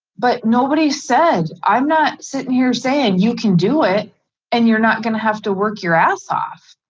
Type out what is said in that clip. but nobody said, i'm not sitting here saying you can do it and you're not gonna have to work your ass off.